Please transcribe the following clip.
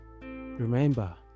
remember